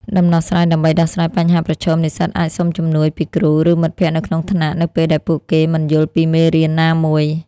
ដំណោះស្រាយដើម្បីដោះស្រាយបញ្ហាប្រឈមនិស្សិតអាចសុំជំនួយពីគ្រូ ឬមិត្តភ័ក្តិនៅក្នុងថ្នាក់នៅពេលដែលពួកគេមិនយល់ពីមេរៀនណាមួយ។